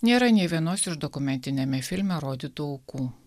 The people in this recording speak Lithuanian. nėra nė vienos iš dokumentiniame filme rodytų aukų